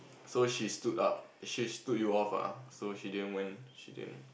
so she stood up she stood you off ah so she didn't went she didn't